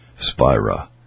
Spira